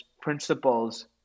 principles